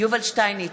יובל שטייניץ,